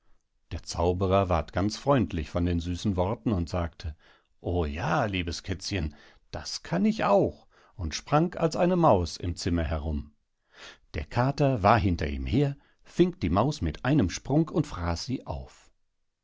der zauberer ward ganz freundlich von den süßen worten und sagte o ja liebes kätzchen das kann ich auch und sprang als eine maus im zimmer herum der kater war hinter ihm her fing die maus mit einem sprung und fraß sie auf